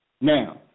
Now